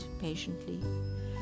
patiently